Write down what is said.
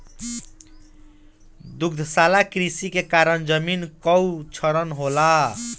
दुग्धशाला कृषि के कारण जमीन कअ क्षरण होला